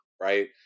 right